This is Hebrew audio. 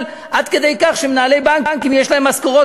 עד כדי שמנהלי בנקים יש להם משכורות,